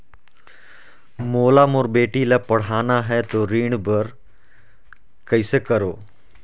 मोला मोर बेटी ला पढ़ाना है तो ऋण ले बर कइसे करो